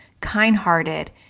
kind-hearted